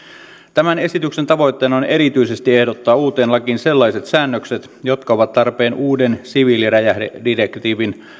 tämän esityksen tavoitteena on erityisesti ehdottaa uuteen lakiin sellaiset säännökset jotka ovat tarpeen uuden siviiliräjähdedirektiivin